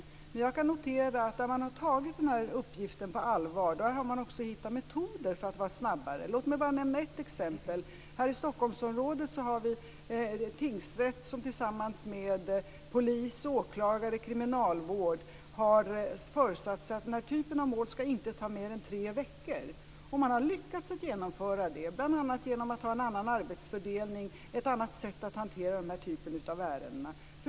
Men jag kan notera att där man har tagit den här uppgiften på allvar har man också hittat metoder för att vara snabbare. Låt mig nämna ett exempel. Här i Stockholmsområdet har vi en tingsrätt som tillsammans med polis och åklagare och kriminalvård har föresatsen att den här typen mål inte ska ta mer än tre veckor. Man har lyckats att genomföra det, bl.a. genom att ha en annan arbetsfördelning, ett annat sätt att hantera den här typen av ärenden.